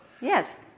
Yes